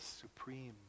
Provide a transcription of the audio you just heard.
supreme